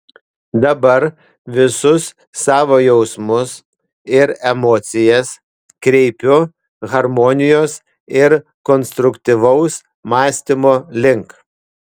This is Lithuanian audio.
dabar visus savo jausmus ir emocijas kreipiu harmonijos ir konstruktyvaus mąstymo link